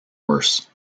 worse